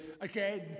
again